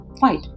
fight